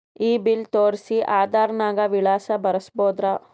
ಈ ಬಿಲ್ ತೋಸ್ರಿ ಆಧಾರ ನಾಗ ವಿಳಾಸ ಬರಸಬೋದರ?